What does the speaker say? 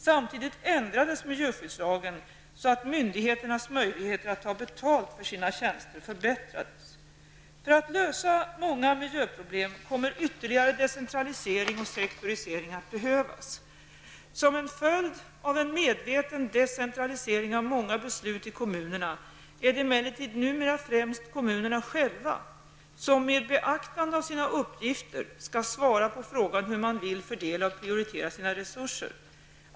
Samtidigt ändrades miljöskyddslagen så att myndigheternas möjligheter att ta betalt för sina tjänster förbättrades. För att lösa många miljöproblem kommer ytterligare decentralisering och sektorisering att behövas. Som en följd av en medveten decentralisering av många beslut till kommunerna är det emellertid numera främst kommunerna själva som med beaktande av sina uppgifter skall svara på frågan hur man vill fördela och prioritera sina resurser.